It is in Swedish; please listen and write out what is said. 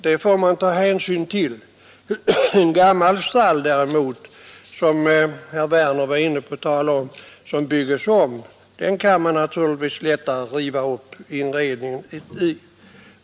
Herr Werner talade om ombyggnad av ett gammalt stall, och det är naturligtvis lättare att här byta inredning.